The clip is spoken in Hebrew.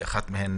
ואחת מהן